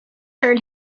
heard